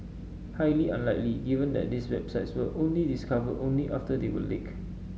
highly unlikely given that these websites were only discovered only after they were leaked